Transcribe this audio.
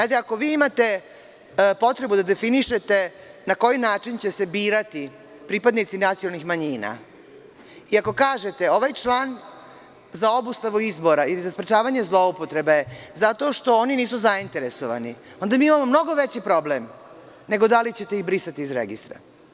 Ako vi imate potrebu da definišete na koji način će se birati pripadnici nacionalnih manjina i ako kažete – ovaj član za obustavu izbora ili za sprečavanje zloupotrebe zato što oni nisu zainteresovani, onda mi imamo mnogo veći problem nego da li ćete ih brisati iz registra.